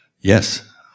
Yes